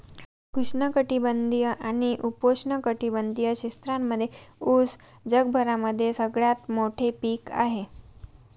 उष्ण कटिबंधीय आणि उपोष्ण कटिबंधीय क्षेत्रांमध्ये उस जगभरामध्ये सगळ्यात मोठे पीक आहे